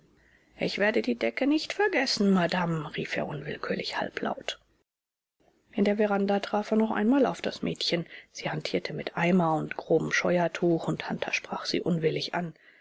ich werde die decke nicht vergessen madame rief er unwillkürlich halblaut in der veranda traf er noch einmal auf das mädchen sie hantierte mit eimer und grobem scheuertuch und hunter sprach sie unwillig an